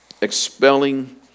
expelling